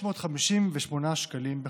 ב-1,558 שקלים בחודש.